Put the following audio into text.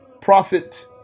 Prophet